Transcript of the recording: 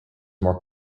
more